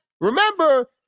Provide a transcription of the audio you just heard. remember